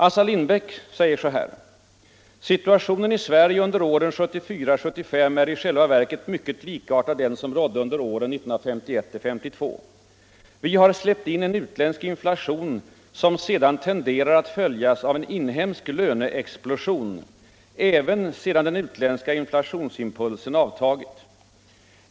Assar Lindbeck säger så här för att direkt citera hans anförande: ”Situationen i Sverige under åren 1974-75 är i själva verket mycket likartad den som rådde under åren 1951-52: vi har släppt in en utländsk inflation som tenderar att följas av en inhemsk löneexplosion, även sedan den utländska inflationsimpulsen avtagit.